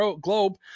Globe